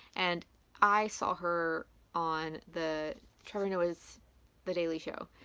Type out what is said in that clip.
and i saw her on the trevor noah's the daily show.